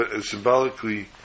symbolically